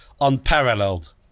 unparalleled